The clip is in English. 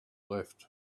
left